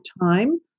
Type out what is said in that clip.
time